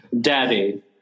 Daddy